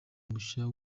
mushya